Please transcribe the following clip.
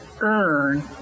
earn